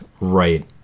Right